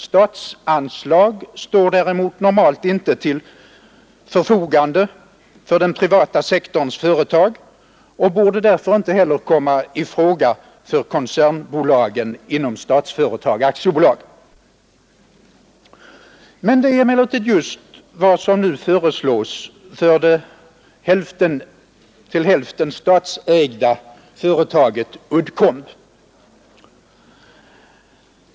Statens anslag står däremot inte till förfogande för den privata sektorns företag och borde därför inte heller komma i fråga för koncernbolagen inom Statsföretag AB. Detta är emellertid just vad som nu föreslås för det till hälften statsägda företaget Uddcomb.